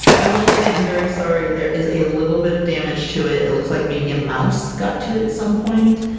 i will say, i'm very sorry there is a little bit of damage to it. it looks like maybe a mouse got to it at some point,